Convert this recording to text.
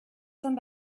some